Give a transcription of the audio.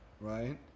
right